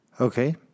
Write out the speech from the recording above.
Okay